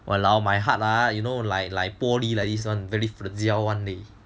!walao! my heart lah you know like 玻璃 like this [one] very fragile [one] leh